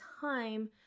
time